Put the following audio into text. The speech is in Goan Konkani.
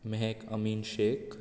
मेहेक अमीन शेख